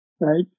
right